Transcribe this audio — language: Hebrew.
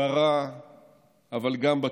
ברע אבל גם בטוב.